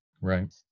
Right